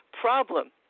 problem